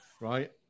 right